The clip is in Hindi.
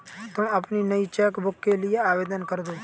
तुम अपनी नई चेक बुक के लिए आवेदन करदो